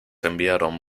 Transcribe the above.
enviaron